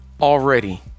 already